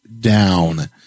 down